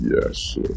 Yes